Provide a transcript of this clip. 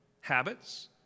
habits